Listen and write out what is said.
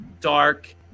dark